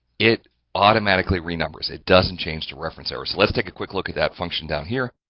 it automatically renumbers it doesn't change to reference error. so let's take a quick look at that function down here.